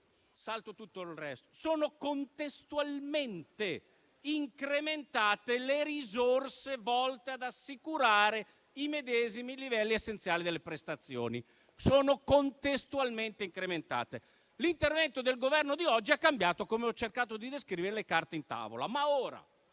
originario diceva che «sono contestualmente incrementate le risorse volte ad assicurare i medesimi livelli essenziali delle prestazioni»: che sono contestualmente incrementate. L'intervento del Governo di oggi ha cambiato, come ho cercato di descrivere, le carte in tavola. Ora,